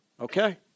Okay